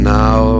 now